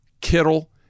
Kittle